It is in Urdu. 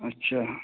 اچھا